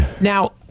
Now